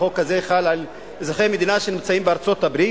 החוק הזה חל על אזרחי המדינה שנמצאים בארצות-הברית?